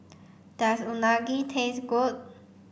does Unagi taste good